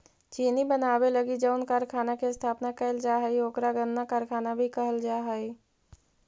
चीनी बनावे लगी जउन कारखाना के स्थापना कैल जा हइ ओकरा गन्ना कारखाना भी कहल जा हइ